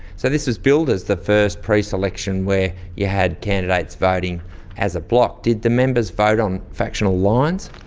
so this was billed as the first preselection where you had candidates voting as a block. did the members vote on factional lines?